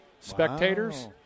spectators